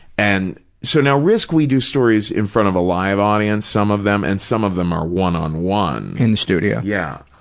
and so now, risk, we do stories in front of a live audience, some of them, and some of them are one on one. in the studio. yeah.